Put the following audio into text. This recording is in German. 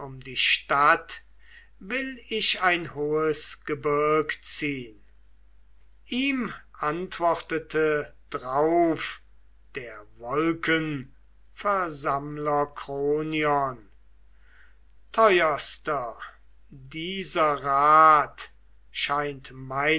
die stadt will ich ein hohes gebirg ziehn ihm antwortete drauf der wolkenversammler kronion teuerster dieser rat scheint